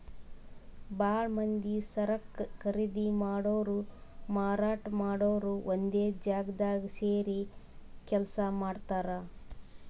ಭಾಳ್ ಮಂದಿ ಸರಕ್ ಖರೀದಿ ಮಾಡೋರು ಮಾರಾಟ್ ಮಾಡೋರು ಒಂದೇ ಜಾಗ್ದಾಗ್ ಸೇರಿ ಕೆಲ್ಸ ಮಾಡ್ತಾರ್